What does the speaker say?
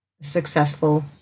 successful